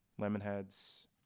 Lemonheads